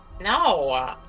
No